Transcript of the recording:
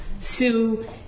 sue